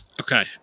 Okay